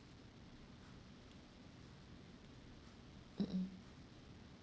mm mm